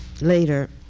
later